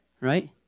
Right